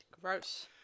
Gross